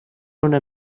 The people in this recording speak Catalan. una